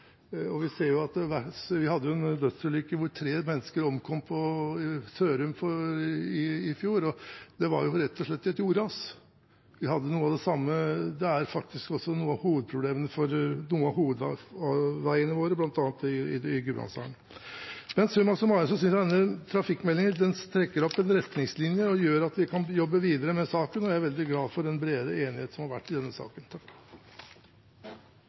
ut. Vi hadde en dødsulykke hvor tre mennesker omkom i Sørum i fjor, og det var rett og slett et jordras. Det er faktisk også noe av hovedproblemet på noen av hovedveiene våre, bl.a. i Gudbrandsdalen. Summa summarum synes jeg denne trafikkmeldingen trekker opp en retningslinje og gjør at vi kan jobbe videre med saken, og jeg er veldig glad for den brede enigheten som har vært i denne saken.